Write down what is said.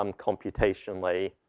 um computationally.